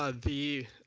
ah the